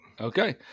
Okay